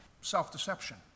self-deception